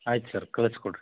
ಆಯ್ತು ಸರ್ ಕಳ್ಸಿ ಕೊಡಿರಿ